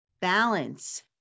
balance